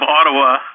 Ottawa